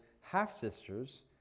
half-sisters